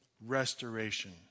restoration